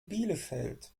bielefeld